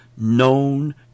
known